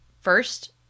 First